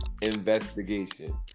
investigation